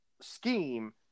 scheme